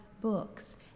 books